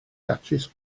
datrys